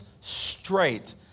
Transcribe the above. straight